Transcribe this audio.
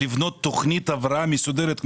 לבנות תכנית הבראה מסודרת.